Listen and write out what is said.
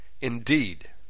Indeed